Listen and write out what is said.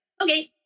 okay